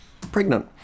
pregnant